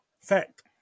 fact